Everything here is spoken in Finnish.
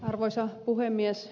arvoisa puhemies